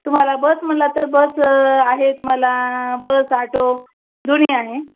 तुम्हाला बस म्हणला तर बस आहे तुम्हाला बस आटो दोन्ही आहे